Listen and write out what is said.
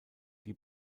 die